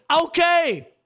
okay